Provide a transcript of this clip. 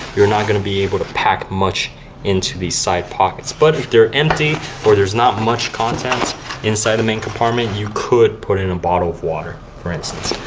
you're not going to be able to pack much into these side pockets. but if they're empty or there's not much content inside the main compartment, you could put in a bottle of water, for instance.